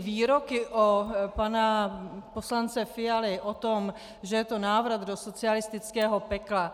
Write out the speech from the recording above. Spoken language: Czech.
Výroky pana poslance Fialy o tom, že je to návrat do socialistického pekla.